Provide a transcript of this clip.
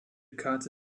karte